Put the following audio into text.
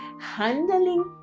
handling